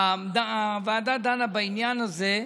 הוועדה דנה בעניין הזה,